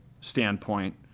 standpoint